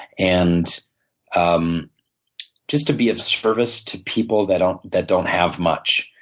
and um just to be of service to people that don't that don't have much.